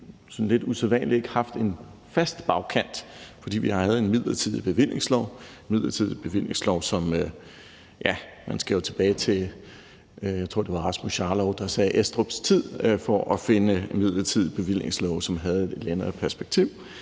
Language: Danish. ikke haft en fast bagkant, fordi vi havde en midlertidig bevillingslov. Man skal tilbage til, jeg tror, det var hr. Rasmus Jarlov, der sagde det, Estrups tid for at finde en midlertidig bevillingslov, som havde et længere perspektiv